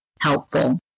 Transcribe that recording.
helpful